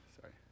Sorry